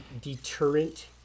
deterrent